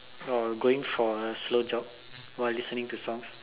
going for a slow jog while listening to songs